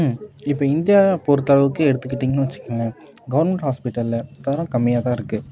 இப்போ இந்தியா பொறுத்தளவுக்கு எடுத்துக்கிட்டிங்கனு வச்சிங்களே கவுர்மண்ட் ஹாஸ்பெட்டலில் தரம் கம்மியாதானிருக்கு